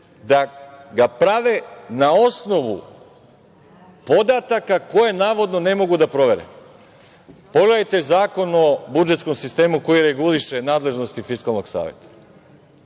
da ga prave na osnovu podataka koje navodno ne mogu da provere. Pogledajte Zakon o budžetskom sistemu, koji reguliše nadležnosti Fiskalnog saveta. Znači,